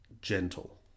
gentle